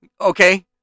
Okay